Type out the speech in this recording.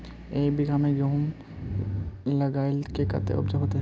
एक बिगहा में गेहूम लगाइबे ते कते उपज होते?